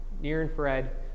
near-infrared